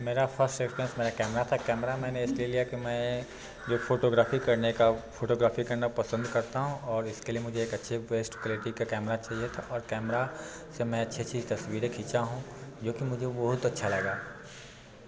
मेरा first experience मेरा camera था कैमरा मैंने इसलिए लिया कि मैं जो फ़ोटोग्राफ़ी करने का फ़ोटोग्राफ़ी करना पसंद करता हूँ और इसके लिए मुझे एक अच्छे बेस्ट क्वालिटी का कैमरा चाहिए था और कैमरा से मैं अच्छी अच्छी तस्वीर खींचा हूँ जो कि मुझे बहुत अच्छा लगा